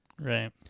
Right